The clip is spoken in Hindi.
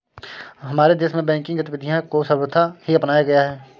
हमारे देश में बैंकिंग गतिविधियां को सर्वथा ही अपनाया गया है